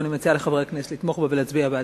ואני מציעה לחברי הכנסת לתמוך בה ולהצביע בעדה.